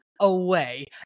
away